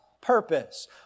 purpose